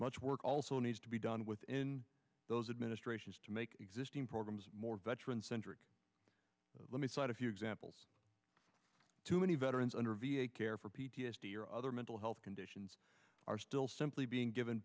much work also needs to be done within those administrations to make existing programs more veteran centric let me cite a few examples too many veterans under v a care for p t s d or other mental health conditions are still simply being given